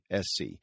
SC